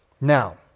Now